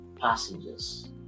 passengers